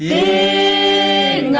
a